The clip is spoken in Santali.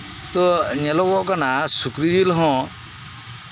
ᱛᱚ ᱧᱮᱞᱚ ᱜᱚᱜ ᱠᱟᱱᱟ ᱥᱩᱠᱨᱤ ᱡᱤᱞ ᱦᱚᱸ